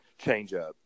changeup